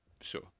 Sure